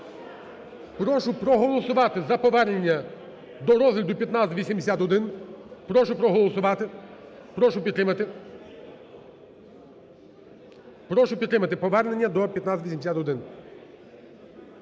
Прошу проголосувати за повернення до розгляду 1581.